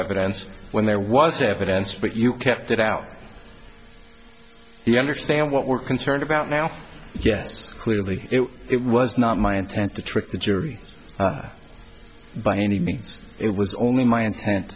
evidence when there was evidence but you kept it out you understand what we're concerned about now yes clearly it was not my intent to trick the jury by any means it was only my intent